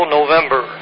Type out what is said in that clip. November